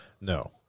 No